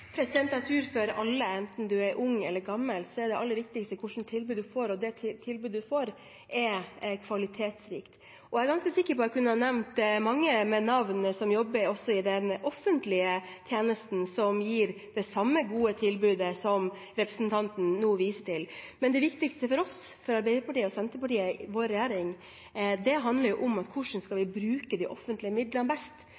for alle, enten man er ung eller gammel, er det aller viktigste hva slags tilbud man får, og at det tilbudet man får, er kvalitetsrikt. Jeg er ganske sikker på at jeg kunne ha nevnt mange ved navn som også jobber i den offentlige tjenesten, som gir det samme gode tilbudet som representanten nå viser til. Men det viktigste for oss, for Arbeiderpartiet og Senterpartiet i vår regjering, handler om hvordan vi skal